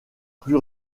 plus